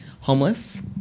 homeless